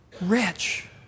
rich